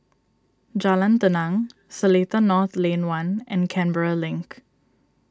Jalan Tenang Seletar North Lane one and Canberra Link